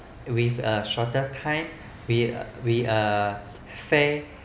with a shorter kind with with uh fair